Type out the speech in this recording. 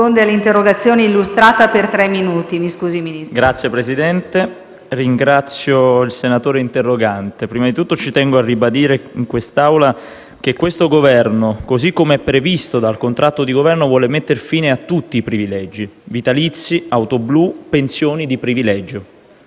Signor Presidente, ringrazio il senatore interrogante. Innanzitutto tengo a ribadire in quest'Aula che questo Governo, così come è previsto dal contratto di Governo, vuole mettere fine a tutti i privilegi, vitalizi, auto blu e pensioni di privilegio.